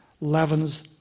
leavens